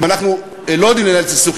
אם אנחנו לא ננהל את הסכסוך,